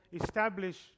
establish